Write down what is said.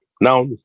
Now